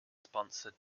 sponsored